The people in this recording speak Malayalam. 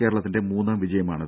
കേരളത്തിന്റെ മൂന്നാം വിജയമാണിത്